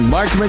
Mark